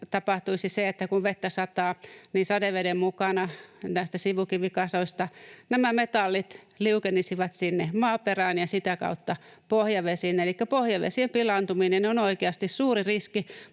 tapahtuisi se, että kun vettä sataa, niin sadeveden mukana näistä sivukivikasoista nämä metallit liukenisivat sinne maaperään ja sitä kautta pohjavesiin. Elikkä pohjavesien pilaantuminen on oikeasti suuri riski,